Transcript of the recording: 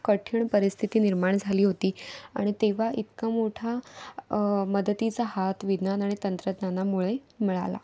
कठीण परिस्थिती निर्माण झाली होती आणि तेव्हा इतका मोठा मदतीचा हात विज्ञान आणि तंत्रज्ञानामुळे मिळाला